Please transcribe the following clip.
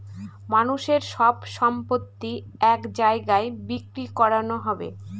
মানুষের সব সম্পত্তি এক জায়গায় বিক্রি করানো হবে